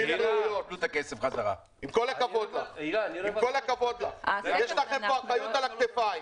עם כל הכבוד, יש לכם פה אחריות על הכתפיים.